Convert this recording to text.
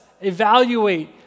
evaluate